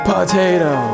Potato